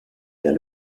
vers